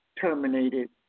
terminated